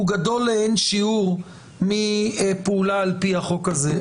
הוא גדול לאין שיעור מהפעולה על פי החוק הזה.